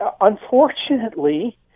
Unfortunately